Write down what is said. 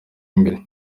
imbere